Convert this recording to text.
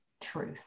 truth